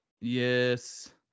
Yes